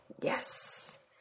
Yes